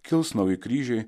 kils nauji kryžiai